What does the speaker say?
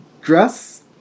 dress